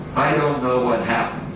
i don't know what happened